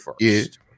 first